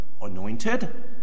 anointed